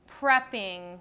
prepping